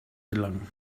gelangen